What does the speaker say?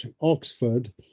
Oxford